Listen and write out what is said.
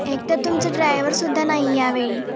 एकतर तुमचं ड्रायवरसुद्धा नाही यावेळी